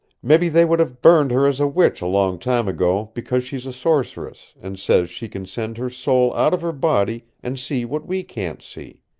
mebby they would have burned her as a witch a long time ago because she's a sorceress, and says she can send her soul out of her body and see what we can't see.